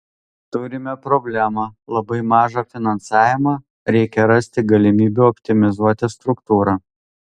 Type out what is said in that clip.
turime problemą labai mažą finansavimą reikia rasti galimybių optimizuoti struktūrą